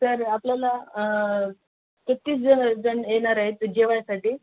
sir आपल्याला एकतीस ज जणं येणार आहेत जेवण्यासाठी